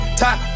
top